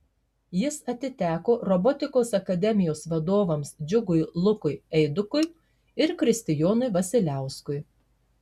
jis atiteko robotikos akademijos vadovams džiugui lukui eidukui ir kristijonui vasiliauskui